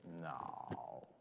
No